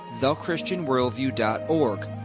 thechristianworldview.org